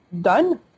done